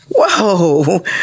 Whoa